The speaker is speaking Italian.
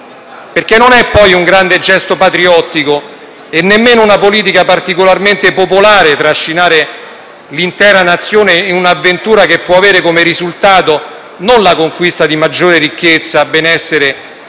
vincerla? Non è poi un grande gesto patriottico, e nemmeno una politica particolarmente popolare trascinare l'intera nazione in un'avventura che può avere come risultato, non la conquista di maggiore ricchezza, benessere